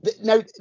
Now